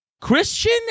Christian